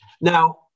Now